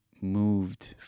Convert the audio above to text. moved